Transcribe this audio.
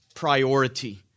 priority